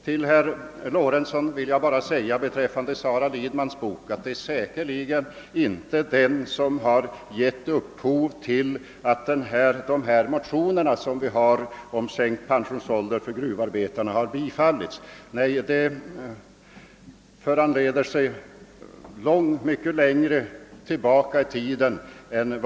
Till herr Lorentzon vill jag bara beträffande Sara Lidmans bok säga att det säkerligen inte är den som är anledningen till att motionerna om sänkt pensionsålder för gruvarbetarna tillstyrkts. Anledningen till det beslutet ligger mycket längre tillbaka i tiden.